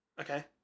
Okay